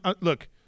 look